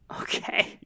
Okay